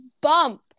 bump